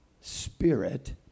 spirit